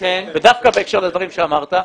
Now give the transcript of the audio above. דווקא בהקשר לדברים שאמרת,